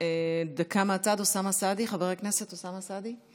דקה מהצד, חבר הכנסת אוסאמה סעדי.